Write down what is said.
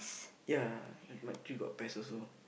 yeah my tree got pest also